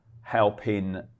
helping